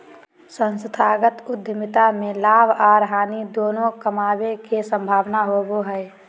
संस्थागत उद्यमिता में लाभ आर हानि दोनों कमाबे के संभावना होबो हय